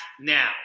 now